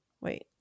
wait